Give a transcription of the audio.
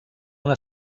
una